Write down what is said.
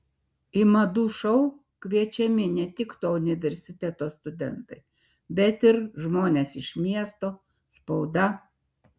į madų šou kviečiami ne tik to universiteto studentai bet ir žmonės iš miesto spauda